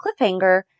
cliffhanger